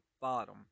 bottom